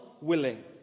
Willing